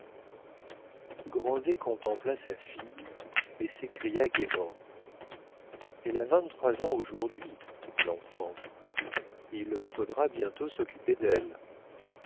grandet contempla sa fille et s'écria gaiement elle a vingt-trois ans aujourd'hui l'enfant il faudra bientôt s'occuper d'elle